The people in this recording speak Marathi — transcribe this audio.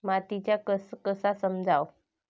मातीचा कस कसा समजाव?